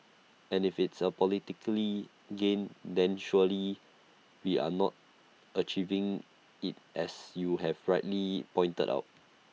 and if IT is A political gain then surely we are not achieving IT as you have rightly pointed out